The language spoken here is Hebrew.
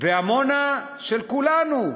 ועמונה של כולנו.